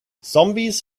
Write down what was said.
zombies